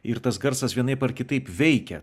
ir tas garsas vienaip ar kitaip veikia